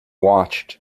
watched